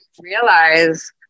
realize